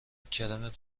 کرم